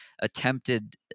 attempted